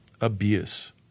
abuse